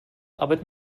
arbeit